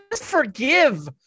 forgive